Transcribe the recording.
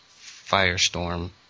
Firestorm